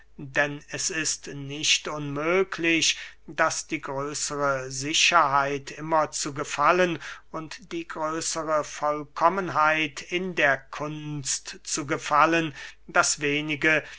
denn es ist nicht unmöglich daß die größere sicherheit immer zu gefallen und die größere vollkommenheit in der kunst zu gefallen das wenige